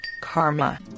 karma